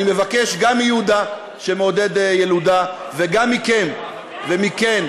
אני מבקש גם מיהודה, שמעודד ילודה, וגם מכם ומכן,